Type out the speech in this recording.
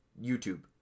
YouTube